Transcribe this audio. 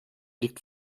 liegt